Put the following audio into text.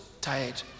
tired